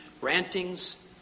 Rantings